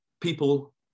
people